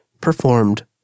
performed